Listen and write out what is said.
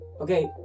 okay